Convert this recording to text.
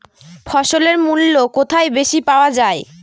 ফসলের মূল্য কোথায় বেশি পাওয়া যায়?